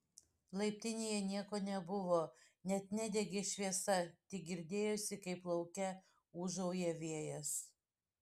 laiptinėje nieko nebuvo net nedegė šviesa tik girdėjosi kaip lauke ūžauja vėjas